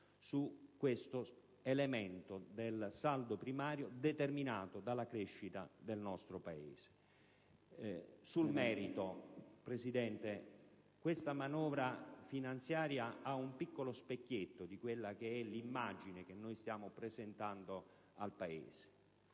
su questo elemento del saldo primario, determinato dalla crescita del nostro Paese. Nel merito, Presidente, questa manovra finanziaria presenta un piccolo specchietto dell'immagine che stiamo offrendo al Paese.